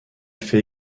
fait